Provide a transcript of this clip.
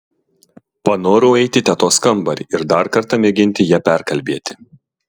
panorau eiti į tetos kambarį ir dar kartą mėginti ją perkalbėti